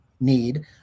need